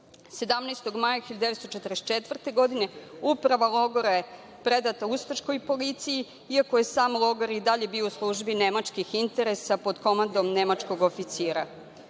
17. maja 1944. godine uprava logora je predata ustaškoj policiji, iako je sam logor i dalje bio u službi nemačkih interesa, pod komandom nemačkog oficira. Meseca